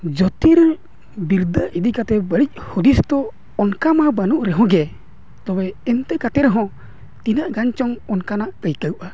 ᱡᱳᱛᱤᱨ ᱵᱤᱨᱫᱟᱹ ᱤᱫᱤ ᱠᱟᱛᱮᱫ ᱵᱟᱹᱲᱤᱡ ᱦᱩᱫᱤᱥ ᱫᱚ ᱚᱱᱠᱟᱢᱟ ᱵᱟᱹᱱᱩᱜ ᱨᱮᱦᱚᱸ ᱜᱮ ᱛᱚᱵᱮ ᱮᱱᱛᱮ ᱠᱟᱛᱮᱫ ᱨᱮ ᱦᱚᱸ ᱛᱤᱱᱟᱹᱜ ᱜᱟᱱ ᱪᱚᱝ ᱚᱱᱠᱟᱱᱟᱜ ᱟᱹᱭᱠᱟᱹᱣᱜᱼᱟ